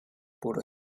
puro